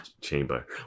chamber